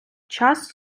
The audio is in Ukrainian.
час